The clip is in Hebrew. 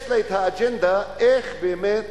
יש לה אג'נדה איך באמת